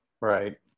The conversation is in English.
Right